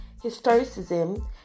historicism